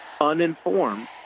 uninformed